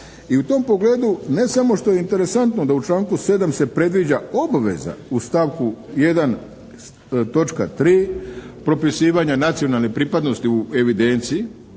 I u tom pogledu ne samo što je interesantno da u članku 7. se predviđa obveza u stavku 1. točka 3. propisivanja nacionalne pripadnosti u evidenciji.